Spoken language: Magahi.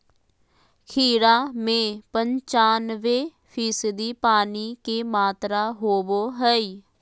खीरा में पंचानबे फीसदी पानी के मात्रा होबो हइ